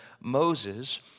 Moses